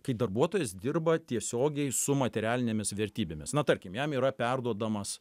kai darbuotojas dirba tiesiogiai su materialinėmis vertybėmis na tarkim jam yra perduodamas